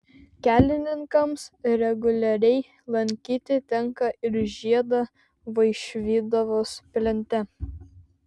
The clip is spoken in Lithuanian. kelininkams reguliariai lankyti tenka ir žiedą vaišvydavos plente